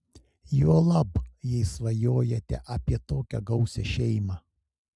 juolab jei svajojate apie tokią gausią šeimą